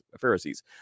Pharisees